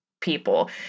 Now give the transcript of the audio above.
People